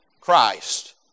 Christ